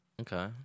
okay